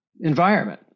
environment